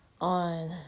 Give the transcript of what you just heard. on